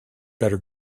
better